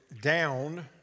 down